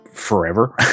forever